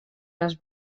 les